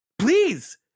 please